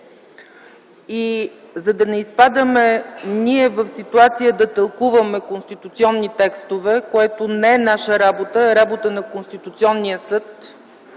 и за да не изпадаме ние в ситуация да тълкуваме конституционни текстове, което не е наша работа, а е работа на Конституционния съд,